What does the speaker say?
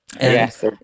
Yes